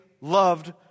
loved